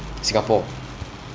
singapore